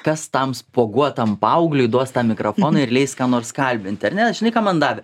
kas tam spuoguotam paaugliui duos tą mikrofoną ir leis ką nors kalbinti ar ne žinai ką man davė